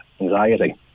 anxiety